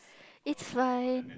it's fine